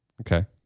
Okay